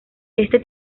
este